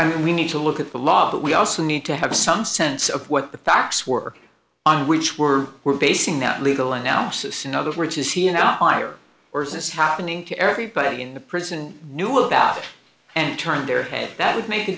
i mean we need to look at the law but we also need to have some sense of what the facts were on which we're we're basing that legal analysis and others were to see you know fire or is this happening to everybody in the prison knew about and turned their head that would make a